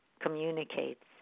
communicates